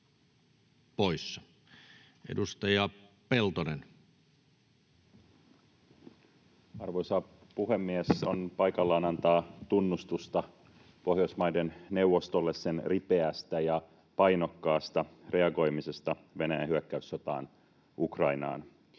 15:36 Content: Arvoisa puhemies! On paikallaan antaa tunnustusta Pohjoismaiden neuvostolle sen ripeästä ja painokkaasta reagoimisesta Venäjän hyökkäyssotaan Ukrainaan.